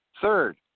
Third